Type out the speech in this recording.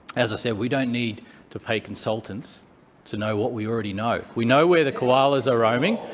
as i said, we don't need to pay consultants to know what we already know. we know where the koalas are roaming.